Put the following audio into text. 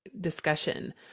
discussion